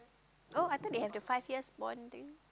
oh I thought they have the five years bond thing